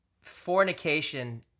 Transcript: fornication